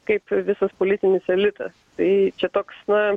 kaip visas politinis elitas tai čia toks na